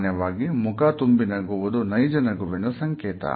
ಸಾಮಾನ್ಯವಾಗಿ ಮುಖ ತುಂಬಿ ನಗುವುದು ನೈಜ ನಗುವಿನ ಸಂಕೇತ